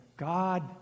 God